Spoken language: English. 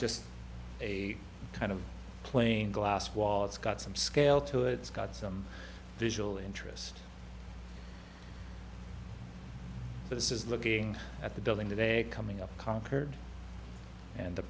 just a kind of plain glass wall it's got some scale to it's got some visual interest but this is looking at the building today coming up concord and the